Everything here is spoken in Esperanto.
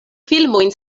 filmojn